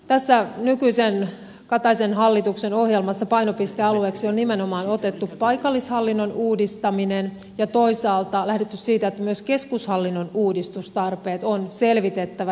tässä nykyisen kataisen hallituksen ohjelmassa painopistealueeksi on nimenomaan otettu paikallishallinnon uudistaminen ja toisaalta lähdetty siitä että myös keskushallinnon uudistustarpeet on selvitettävä